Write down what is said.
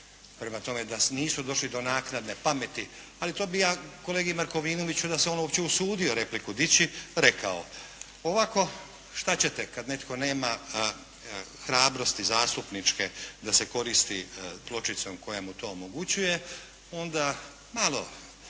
Prema tome da nisu došli do naknadne pameti. Ali to bih ja kolegi Markovinoviću da se on uopće usudio repliku dići rekao. Ovako, šta ćete kad netko nema hrabrosti zastupničke da se koristi pločicom koja mu to omogućuje onda malo